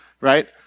right